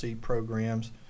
programs